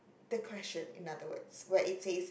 the question in other words where it says